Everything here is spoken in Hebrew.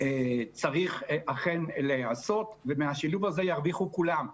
אכן צריך להיעשות ומהשילוב הזה ירוויחו כולם.